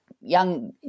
young